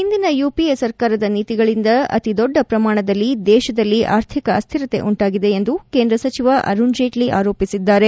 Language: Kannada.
ಹಿಂದಿನ ಯುಪಿಎ ಸರ್ಕಾರದ ನೀತಿಗಳಿಂದ ಅತಿದೊಡ್ಡ ಪ್ರಮಾಣದಲ್ಲಿ ದೇಶದಲ್ಲಿ ಆರ್ಥಿಕ ಅಸ್ಟಿರತೆ ಉಂಟಾಗಿದೆ ಎಂದು ಕೇಂದ್ರ ಸಚಿವ ಅರುಣ್ ಜೇಟ್ಲ ಆರೋಪಿಸಿದ್ದಾರೆ